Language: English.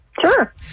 Sure